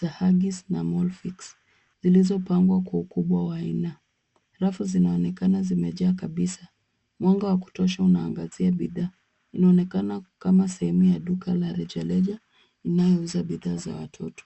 za huggies na molfix zilizopangwa kwa ukubwa wa aina. Rafu zinaonekana zimejaa kabisa. Mwanga wa kutosha unaangazia bidhaa. Unaonekana kama sehemu ya duka la rejareja inayouza bidhaa za watoto.